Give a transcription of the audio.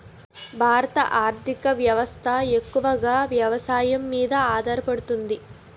భారత ఆర్థిక వ్యవస్థ ఎక్కువగా వ్యవసాయం మీద ఆధారపడుతుంది